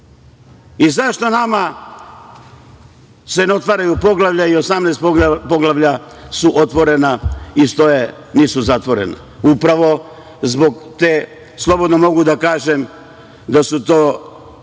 se nama ne otvaraju poglavlja, 18 poglavlja su otvorena i stoje, nisu zatvorena? Upravo zbog te, slobodno mogu da kažem da su to